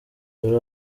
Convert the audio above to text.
dore